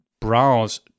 browse